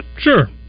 Sure